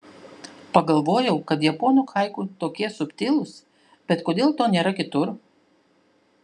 pagalvojau kad japonų haiku tokie subtilūs bet kodėl to nėra kitur